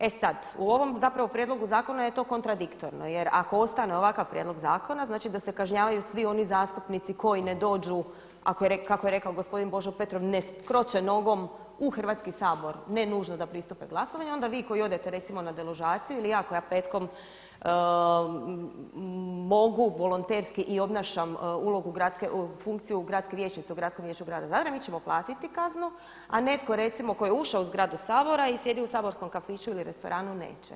E sad u ovom zapravo prijedlogu zakona je to kontradiktorno jer ako ostane ovakav prijedlog zakona znači da se kažnjavaju svi oni zastupnici koji ne dođu kako je rekao gospodin Božo Petrov ne kroče nogom u Hrvatski sabor ne nužno da pristupe glasovanju, a onda vi koji odete recimo na deložaciju ili ja koja petkom mogu volonterski i obnašam funkciju gradske vijećnice u Gradskom vijeću grada Zadra mi ćemo platiti kaznu, a netko recimo tko je ušao u zgradu Sabora i sjedi u saborskom kafiću ili restoranu neće.